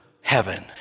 heaven